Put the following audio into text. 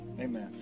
amen